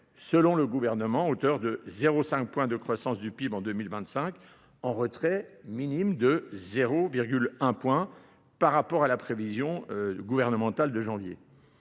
selon le gouvernement, à hauteur de 0,5 points de croissance du PIB en 2025, en retrait minime de 0,1 points par rapport à la prévision gouvernementale de janvier.